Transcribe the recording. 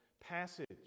passage